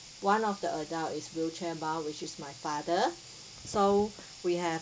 one of the adult is wheelchair bound which is my father so we have